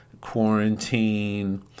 quarantine